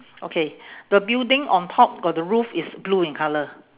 okay the building on top got the roof is blue in colour